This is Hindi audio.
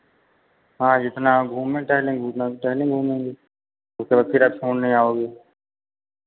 हाँ जितना घूमे टहेलेंगे उतना टहेले घूमेंगे उसके बाद फिर आप छोड़ने आओगे